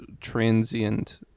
transient